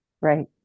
Right